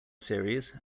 series